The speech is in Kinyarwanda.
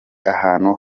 ahantu